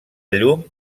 llum